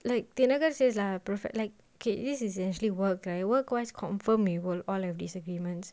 like they thinakar says lah perfect like K this is essentially work right work wise confirmed they will all have disagreements